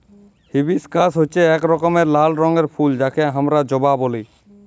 hibiscus হচ্যে এক রকমের লাল রঙের ফুল যাকে হামরা জবা ব্যলি